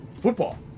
Football